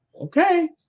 okay